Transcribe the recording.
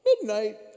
Midnight